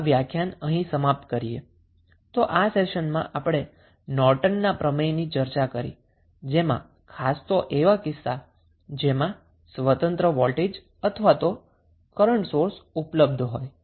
તો આ સેશન માં આપણે નોર્ટનના થીયરમની ચર્ચા કરી ખાસ કરીને એવા કિસ્સા જેમાં ઇન્ડિપેન્ડન્ટ વૉલ્ટેજ અથવા તો કરંટ સોર્સ ઉપલબ્ધ હોય